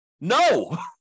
No